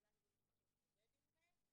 כולם מבינים שצריך להתמודד עם זה,